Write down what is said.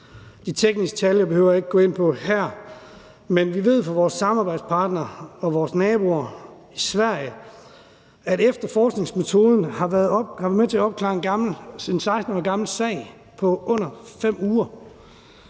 De tekniske detaljer behøver jeg ikke at gå ind på her, men vi ved fra vores samarbejdspartnere og vores naboer i Sverige, at efterforskningsmetoden har været med til at opklare en 16 år gammel sag på under 5 uger.